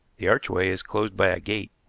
the archway is closed by a gate.